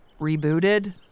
rebooted